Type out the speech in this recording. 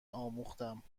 آموختهام